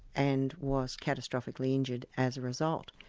and was catastrophically injured as a result.